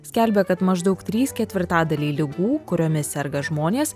skelbia kad maždaug trys ketvirtadaliai ligų kuriomis serga žmonės